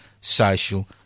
social